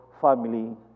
family